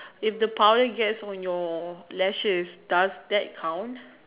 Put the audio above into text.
if the powder gets on your lashes does that count